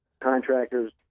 contractors